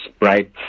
right